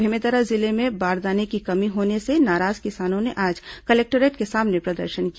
बेमेतरा जिले में बारदाने की कमी होने से नाराज किसानों ने आज कलेक्टोरेट के सामने प्रदर्शन किया